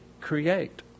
create